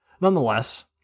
nonetheless